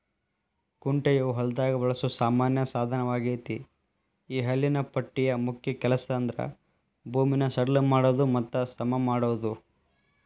ಕುಂಟೆಯು ಹೊಲದಾಗ ಬಳಸೋ ಸಾಮಾನ್ಯ ಸಾದನವಗೇತಿ ಈ ಹಲ್ಲಿನ ಪಟ್ಟಿಯ ಮುಖ್ಯ ಕೆಲಸಂದ್ರ ಭೂಮಿನ ಸಡ್ಲ ಮಾಡೋದು ಮತ್ತ ಸಮಮಾಡೋದು